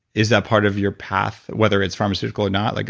is that part of your path? whether it's pharmaceutical or not? like